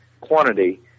quantity